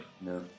no